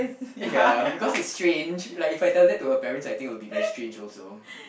ya because it's strange like if I tell that to her parents I think it would be very strange also